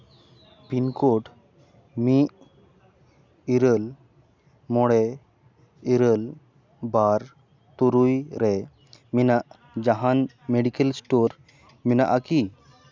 pin code ᱢᱤᱫ ᱤᱨᱟᱹᱞ ᱢᱚᱬᱮ ᱤᱨᱟᱹᱞ ᱵᱟᱨ ᱛᱩᱨᱩᱭ ᱨᱮ ᱢᱮᱱᱟᱜ ᱡᱟᱦᱟᱱ ᱢᱮᱰᱤᱠᱮᱞ ᱥᱴᱳᱨ ᱢᱮᱱᱟᱜᱼᱟ ᱠᱤ